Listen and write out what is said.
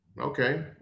okay